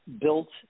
built